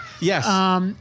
Yes